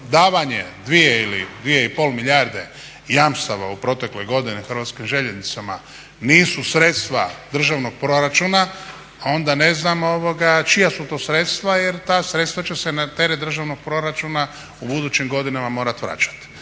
davanje dvije ili dvije i pol milijarde jamstava u protekloj godini Hrvatskim željeznicama nisu sredstva državnog proračuna onda ne znam čija su to sredstva jer ta sredstva će se na teret državnog proračuna u budućim godinama morati vraćati.